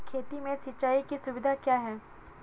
खेती में सिंचाई की सुविधा क्या है?